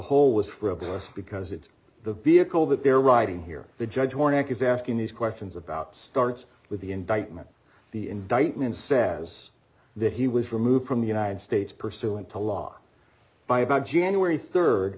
whole was frivolous because it's the vehicle that they're riding here the judge morning is asking these questions about starts with the indictment the indictment says that he was removed from the united states pursuant to law by about january